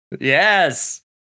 Yes